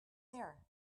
there